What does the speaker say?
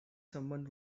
someone